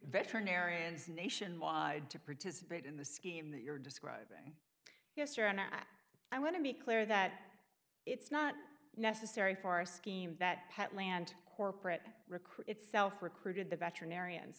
veterinarians nationwide to participate in the scheme that you're describing yes your honor i want to be clear that it's not necessary for a scheme that pet land corporate recruit itself recruited the veterinarians